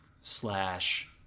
slash